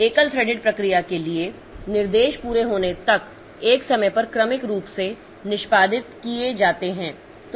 एकल थ्रेडेड प्रक्रिया के लिए निर्देश पूरे होने तक एक समय पर क्रमिक रूप से निष्पादित किए जाते हैं